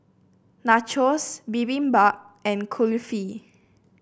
Nachos Bibimbap and Kulfi